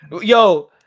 yo